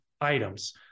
items